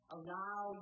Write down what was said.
Allow